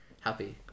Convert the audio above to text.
happy